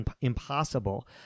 impossible